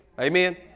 Amen